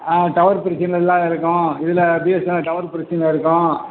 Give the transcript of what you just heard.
ஆ tower பிரச்சினை இல்லாத இருக்கும் இதில் பிஎஸ்என்எல்லில் டவர் பிரச்சினை இருக்கும்